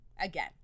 Again